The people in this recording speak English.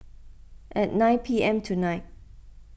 at nine P M tonight